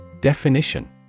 Definition